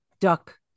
duck